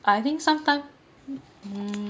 I think sometimes hmm